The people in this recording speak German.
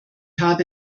habe